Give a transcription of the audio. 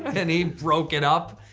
and he broke it up.